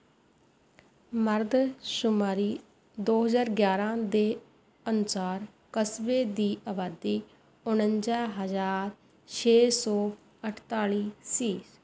ਮਰਦ ਸ਼ੁਮਾਰੀ ਦੋ ਹਜ਼ਾਰ ਗਿਆਰਾਂ ਦੇ ਅਨੁਸਾਰ ਕਸਬੇ ਦੀ ਆਬਾਦੀ ਉਣੰਜਾ ਹਜ਼ਾਰ ਛੇ ਸੌ ਅਠਤਾਲੀ ਸੀ